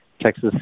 Texas